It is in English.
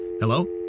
Hello